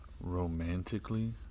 romantically